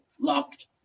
locked